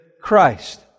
Christ